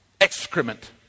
excrement